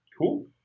Cool